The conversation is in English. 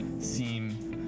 seem